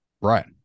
right